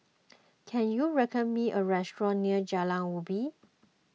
can you recommend me a restaurant near Jalan Ubin